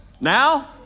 Now